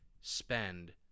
spend